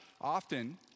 often